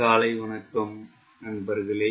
காலை வணக்கம் நண்பர்களே